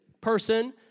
Person